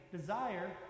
Desire